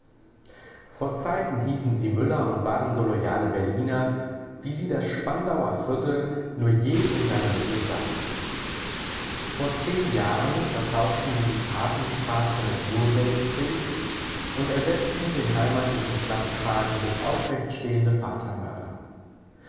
vor zeiten hießen sie müller und waren so loyale berliner wie sie das spandauer viertel nur je in seiner mitte sah vor zehn jahren vertauschten sie die papenstraße mit moorgate street und ersetzten den heimatlichen klappkragen durch aufrechtstehende